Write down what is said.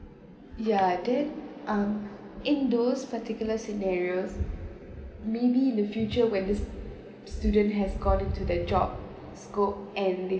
yeah that um in those particular scenarios maybe in the future when this student has got in to the job scope and if